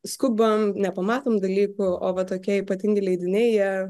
skubam nepamatom dalykų o va tokie ypatingi leidiniai jie